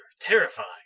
terrifying